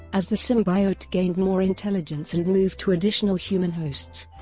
as the symbiote gained more intelligence and moved to additional human hosts,